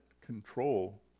control